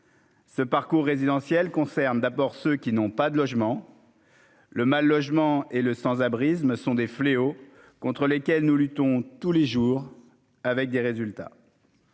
Ce parcours résidentiel concerne d'abord ceux qui n'ont pas de logement. Le mal logement et le sans-abrisme sont des fléaux contre lesquels nous luttons tous les jours avec des résultats.